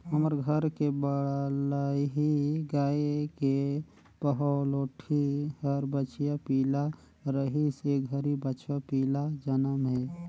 हमर घर के बलही गाय के पहलोठि हर बछिया पिला रहिस ए घरी बछवा पिला जनम हे